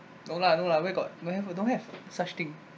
no lah no lah where got where have I don't have such thing